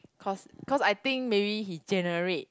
cause cause I think maybe he generate